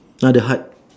ah the hut